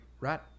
right